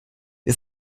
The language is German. wir